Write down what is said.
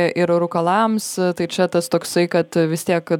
ir rūkalams tai čia tas toksai kad vis tiek kad